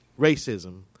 racism